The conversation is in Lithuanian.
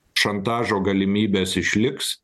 šantažo galimybės išliks